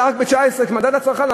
המדד לצרכן,